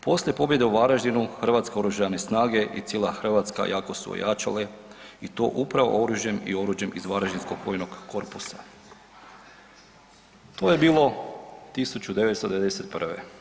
Poslije pobjede u Varaždinu, Hrvatske oružane snage i cijela Hrvatska jako su ojačale i to upravo oružjem i oruđem iz Varaždinskog vojnog korpusa, to je bilo 1991.